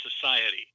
society